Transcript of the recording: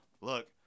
look